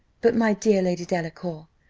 but, my dear lady delacour,